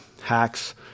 hacks